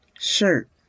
Shirt